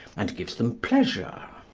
and gives them pleasure.